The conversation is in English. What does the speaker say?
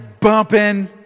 bumping